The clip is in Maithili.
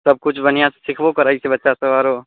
सबकिछु बढ़िआँसँ सिखबो करै छै आओर